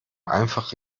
einfach